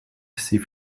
sie